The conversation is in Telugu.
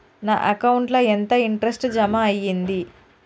నా అకౌంట్ ల ఎంత ఇంట్రెస్ట్ జమ అయ్యింది?